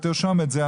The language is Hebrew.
תרשום את זה.